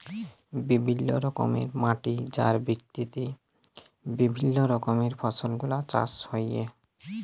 বিভিল্য রকমের মাটি যার ভিত্তিতে বিভিল্য রকমের ফসল গুলা চাষ হ্যয়ে